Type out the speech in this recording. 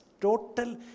Total